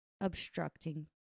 obstructing